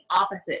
opposite